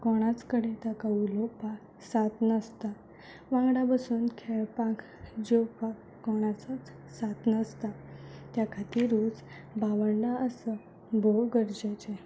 कोणाच कडेन ताका उलोवपाक साथ नासता वांगडा बसून खेळपाक जेवपाक कोणाचोच साथ नासता त्या खातीरूच भावंडां आसप भोव गरजेचें